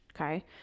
okay